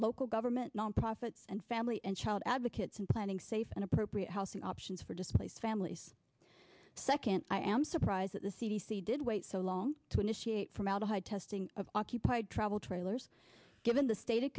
local government non profits and family and child advocates and planning safe and appropriate house in options for displaced families second i am surprised that the c d c did wait so long to initiate formaldehyde testing of occupied travel trailers given the state